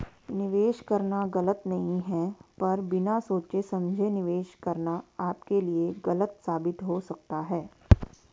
निवेश करना गलत नहीं है पर बिना सोचे समझे निवेश करना आपके लिए गलत साबित हो सकता है